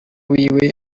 wiwe